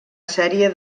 sèrie